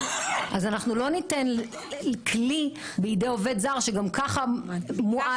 אז אנחנו לא ניתן כלי בידי עובד זר שגם ככה מועד